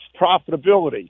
profitability